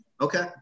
Okay